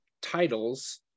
titles